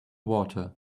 water